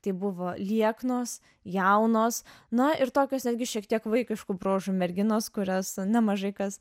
tai buvo lieknos jaunos na ir tokios netgi šiek tiek vaikiškų bruožų merginos kurias nemažai kas